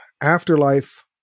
afterlife